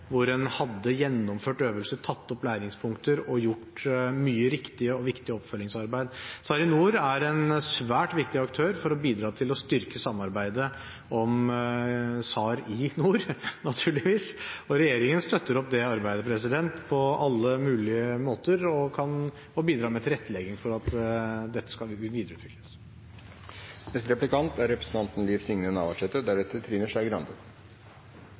hvor en hadde gjennomført øvelse, tatt opp læringspunkter og gjort mye riktig og viktig oppfølgingsarbeid. SARiNOR er en svært viktig aktør for å bidra til å styrke samarbeidet om SAR i nord, naturligvis. Regjeringen støtter opp det arbeidet på alle mulige måter og bidrar med tilrettelegging for at dette skal videreutvikles. Det er mange fine ord, både i innstillinga og i innlegg, om kor viktig næringsaktivitet er